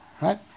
Right